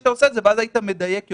שאתה עושה את זה ואז היית מדייק יותר.